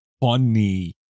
funny